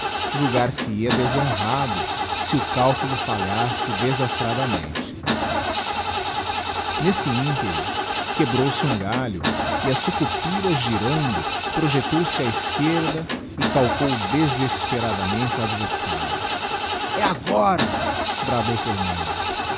fama julgar se ia deshonrado se o calculo falhasse desastradamente nesse ínterim quebrou-se um galho e a sucudigiti zedby google pira girando projectou se á esquerda e calcou desesperadamente o adversário e agora bradou fernando